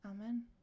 Amen